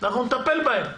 אנחנו נטפל בהן.